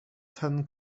ten